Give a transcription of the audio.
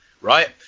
Right